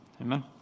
Amen